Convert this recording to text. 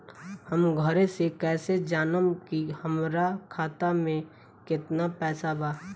हम घरे से कैसे जानम की हमरा खाता मे केतना पैसा बा?